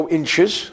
inches